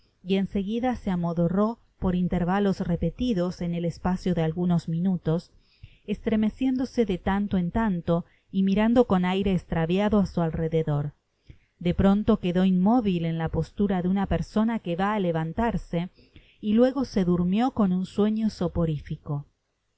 y en seguida se amodorró por intervalos repetidos en el espacio de algunos minutos estremeciéndose de tanto en tanto y mirando con aire estraviado á su alrededor de pronto quedó inmóvil en la postura de una perso na que vá á levantarse y luego se durmió con un sueño